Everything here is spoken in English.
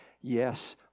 Yes